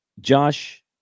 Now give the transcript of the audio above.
josh